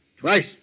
twice